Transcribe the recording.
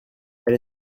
elle